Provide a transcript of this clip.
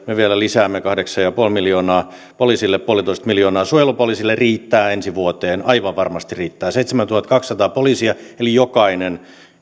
vielä lisäämme kahdeksan pilkku viisi miljoonaa poliisille yksi pilkku viisi miljoonaa suojelupoliisille riittää ensi vuoteen aivan varmasti riittää seitsemäntuhattakaksisataa poliisia eli